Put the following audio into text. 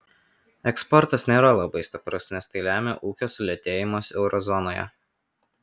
eksportas nėra labai stiprus nes tai lemia ūkio sulėtėjimas euro zonoje